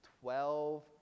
twelve